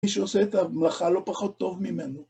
מי שעושה את המלאכה לא פחות טוב ממנו.